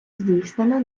здійснено